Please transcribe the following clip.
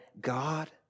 God